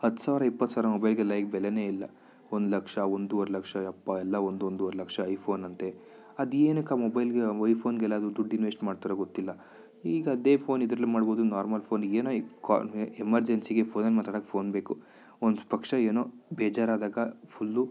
ಹತ್ತು ಸಾವಿರ ಇಪ್ಪತ್ತು ಸಾವಿರ ಮೊಬೈಲ್ಗೆಲ್ಲ ಈಗ ಬೆಲೆಯೇ ಇಲ್ಲ ಒಂದು ಲಕ್ಷ ಒಂದೂವರೆ ಲಕ್ಷ ಅಪ್ಪಾ ಎಲ್ಲ ಒಂದು ಒಂದೂವರೆ ಲಕ್ಷ ಐಫೋನ್ ಅಂತೆ ಅದು ಏನಕ್ಕೆ ಆ ಮೊಬೈಲ್ಗೆ ವೈಫೋನ್ಗೆಲ್ಲ ದುಡ್ಡು ಇನ್ವೆಷ್ಟ್ ಮಾಡ್ತಾರೋ ಗೊತ್ತಿಲ್ಲ ಈಗ ಅದೇ ಫೋನ್ ಇದರಲ್ಲಿ ಮಾಡಬೋದು ನಾರ್ಮಲ್ ಫೋನಿಗೆ ಏನೋ ಈ ಕಾಲ್ ಎಮರ್ಜೆನ್ಸಿಗೆ ಫೋನಲ್ಲಿ ಮಾತಾಡೋಕ್ಕೆ ಫೋನ್ ಬೇಕು ಒಂದು ಪಕ್ಷ ಏನೋ ಬೇಜಾರಾದಾಗ ಫುಲ್ಲು